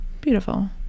Beautiful